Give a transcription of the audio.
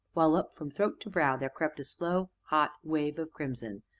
while up from throat to brow there crept a slow, hot wave of crimson.